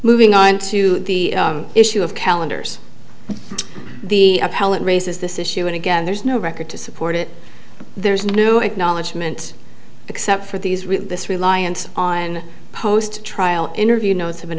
moving on to the issue of calendars the appellant raises this issue and again there's no record to support it there's no acknowledgement except for these this reliance on post trial interview notes of an